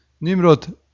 Nimrod